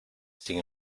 sin